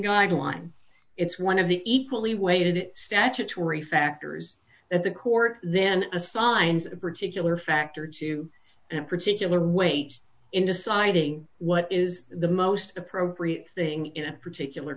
guideline it's one of the equally weighted statutory factors that the court then assigns a particular factor to particular weight in deciding what is the most appropriate thing in a particular